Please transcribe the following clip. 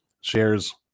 shares